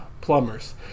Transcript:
plumbers